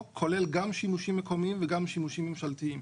כולל גם שימושים מקומיים וגם שימושים ממשלתיים.